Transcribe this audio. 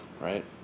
right